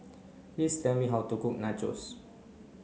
please tell me how to cook Nachos